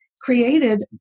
created